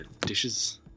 dishes